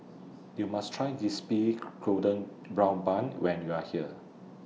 YOU must Try Crispy Golden Brown Bun when YOU Are here